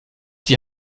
die